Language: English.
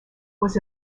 was